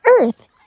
Earth